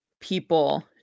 people